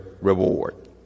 reward